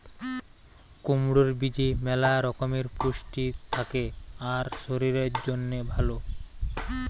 কুমড়োর বীজে ম্যালা রকমের পুষ্টি থাকে আর শরীরের জন্যে ভালো